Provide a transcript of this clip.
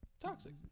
toxic